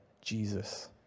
Jesus